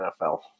NFL